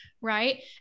Right